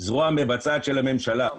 זרוע מבצעת של הממשלה.